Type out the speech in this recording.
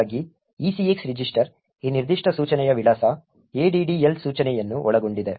ಹೀಗಾಗಿ ECX register ಈ ನಿರ್ದಿಷ್ಟ ಸೂಚನೆಯ ವಿಳಾಸ addl ಸೂಚನೆಯನ್ನು ಒಳಗೊಂಡಿದೆ